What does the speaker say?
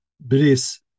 bris